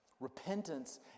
Repentance